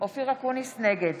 נגד